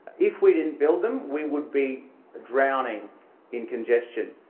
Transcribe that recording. if we didn't build them, we would be drowning in congestion